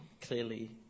clearly